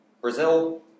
Brazil